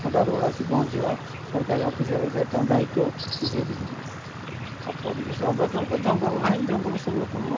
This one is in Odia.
ହଠାତ୍ ଗୋଟେ ଆସି ପହଞ୍ଚିବା ସରକାରୀ ଅଫିସର୍ ହିସାବରେ ତାଙ୍କ ଦାୟିତ୍ୱ ସେସବୁ କିଛି ନାହିଁ ଆଉ ପରିବେଶ ଅବିକା କ'ଣ ତ ଜଙ୍ଗଲ ନାଇଁ ଜଙ୍ଗଲ ସବୁ ଲୋକ